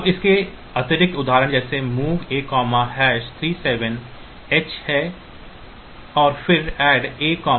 अब इसके अतिरिक्त उदाहरण जैसे MOV A3Fh और फिर ADD AD3h